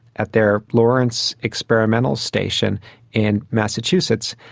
at their lawrence experimental station in massachusetts,